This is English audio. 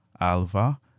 Alva